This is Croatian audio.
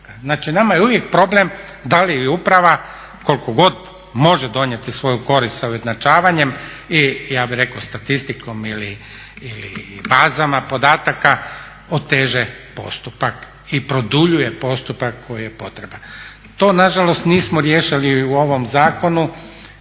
Znači, nama je uvijek problem da li uprava koliko god može donijeti svoju korist sa ujednačavanjem i ja bih rekao statistikom ili bazama podataka oteže postupak i produljuje postupak koji je potreban. To nažalost nismo riješili u ovom zakonu